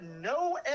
no